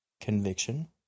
conviction